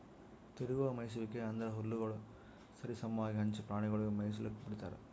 ತಿರುಗುವ ಮೇಯಿಸುವಿಕೆ ಅಂದುರ್ ಹುಲ್ಲುಗೊಳ್ ಸರಿ ಸಮವಾಗಿ ಹಂಚಿ ಪ್ರಾಣಿಗೊಳಿಗ್ ಮೇಯಿಸ್ಲುಕ್ ಬಿಡ್ತಾರ್